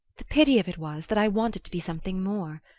the pity of it was that i wanted to be something more.